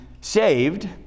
saved